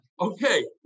Okay